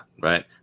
right